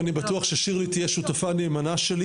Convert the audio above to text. ואני בטוח שחברת הכנסת שירלי פינטו קדוש תהיה שותפה נאמנה שלי